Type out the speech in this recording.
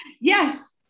yes